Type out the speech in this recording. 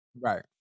Right